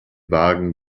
wagen